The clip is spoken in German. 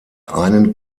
einen